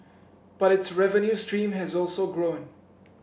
but its revenue stream has also grown